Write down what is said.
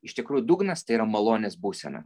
iš tikrųjų dugnas tai yra malonės būsena